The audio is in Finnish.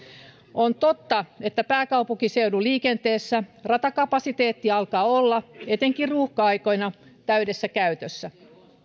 on totta että pääkaupunkiseudun liikenteessä ratakapasiteetti alkaa olla etenkin ruuhka aikoina täydessä käytössä